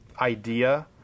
idea